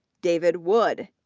david wood,